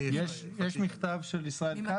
יש מכתב של ישראל כץ.